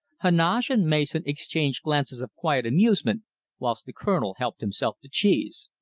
heneage and mason exchanged glances of quiet amusement whilst the colonel helped himself to cheese.